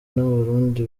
n’abarundi